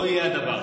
לא יהיה הדבר.